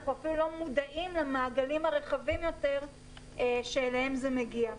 אנחנו אפילו לא מודעים למעגלים החרבים יותר שאליהם זה מגיע.